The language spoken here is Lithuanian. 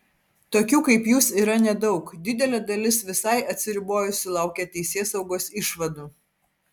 tokių kaip jūs yra nedaug didelė dalis visai atsiribojusi laukia teisėsaugos išvadų